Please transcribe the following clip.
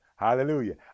Hallelujah